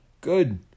Good